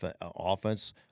offense